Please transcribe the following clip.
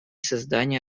создания